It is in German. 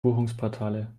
buchungsportale